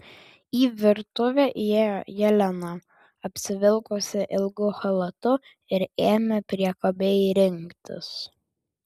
į virtuvę įėjo jelena apsivilkusi ilgu chalatu ir ėmė priekabiai rinktis